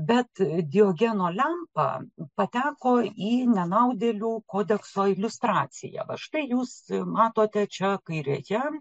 bet diogeno lempa pateko į nenaudėlių kodekso iliustraciją va štai jūs matote čia kairėje